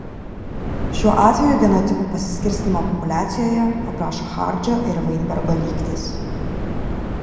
šiuo atveju genotipų pasiskirstymą populiacijoje aprašo hardžio ir vainbergo lygtis